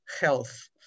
health